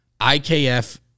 IKF